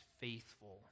faithful